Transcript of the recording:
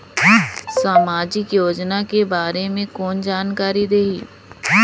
समाजिक योजना के बारे मे कोन जानकारी देही?